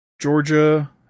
Georgia